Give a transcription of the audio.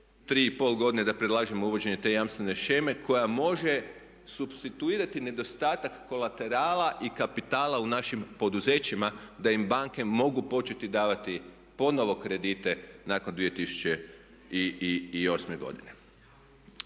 3,5, 4 godine da predlažem uvođenje te jamstvene sheme koja može supstituirati nedostatak kolaterala i kapitala u našim poduzećima da im banke mogu početi davati ponovno kredite nakon 2008. godine.